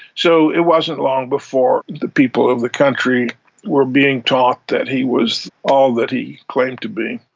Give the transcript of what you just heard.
so it wasn't long before the people of the country were being taught that he was all that he claimed to be.